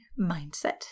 mindset